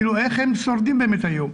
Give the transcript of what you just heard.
איך הם שורדים באמת היום,